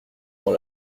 dans